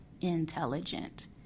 intelligent